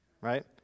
right